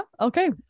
okay